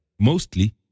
Mostly